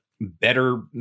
Better